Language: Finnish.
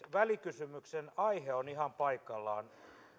välikysymyksen aihe on ihan paikallaan